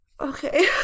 Okay